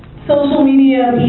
social media